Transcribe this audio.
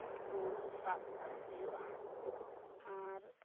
ᱩᱱᱠᱩ ᱥᱟᱵ ᱦᱩᱭᱩᱜᱼᱟ ᱟᱨ